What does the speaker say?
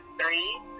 three